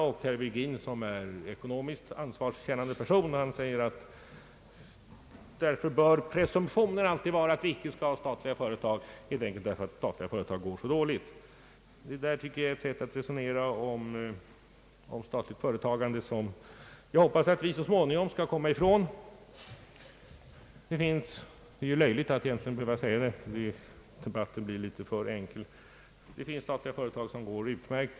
Herr Virgin, som är en ekonomiskt ansvarskännande person, anser att presumtionen alltid måste vara att vi inte skall ha statliga företag, helt enkelt därför att statliga företag går så dåligt. Det är ett sätt att diskutera om statligt företagande som jag hoppas att vi så småningom skall slippa. Det är egentligen löjligt att behöva säga — debatten blir litet för enkel — att det finns statliga företag som går utmärkt.